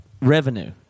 revenue